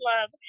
love